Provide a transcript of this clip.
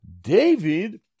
David